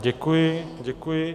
Děkuji, děkuji.